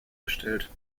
gestellt